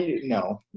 No